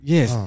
Yes